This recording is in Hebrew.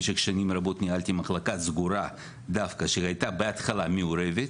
שבמשך שנים רבות אני ניהלתי מחלקה סגורה דווקא שהייתה בהתחלה מעורבת,